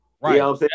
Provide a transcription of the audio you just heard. right